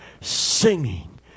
Singing